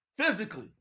physically